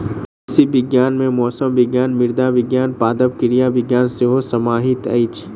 कृषि विज्ञान मे मौसम विज्ञान, मृदा विज्ञान, पादप क्रिया विज्ञान सेहो समाहित अछि